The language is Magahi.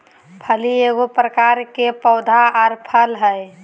फली एगो प्रकार के पौधा आर फल हइ